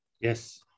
Yes